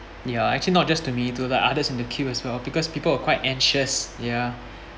ya actually not just to me to the others in the queue as well because people were quite anxious ya